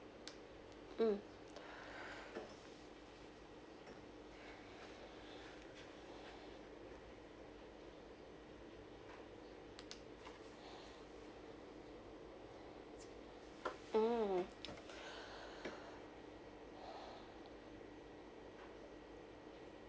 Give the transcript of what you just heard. mm mm